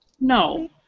No